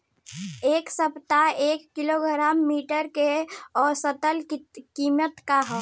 एक सप्ताह एक किलोग्राम मटर के औसत कीमत का ह?